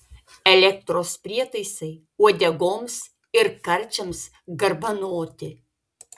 elektros prietaisai uodegoms ir karčiams garbanoti